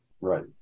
Right